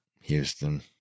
Houston